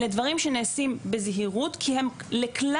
אלה דברים שנעשים בזהירות כי הם לכלל